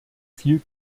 viel